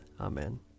Amen